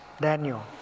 Daniel